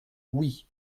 oui